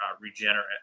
regenerate